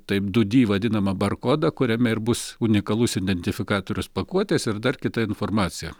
taip du di vadinamą bar kodą kuriame ir bus unikalus identifikatorius pakuotės ir dar kita informacija